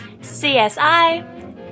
CSI